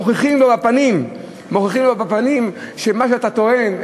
מוכיחים לו בפנים שמה שאתה טוען,